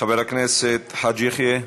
חבר הכנסת חאג' יחיא,